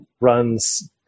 runs